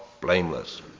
blameless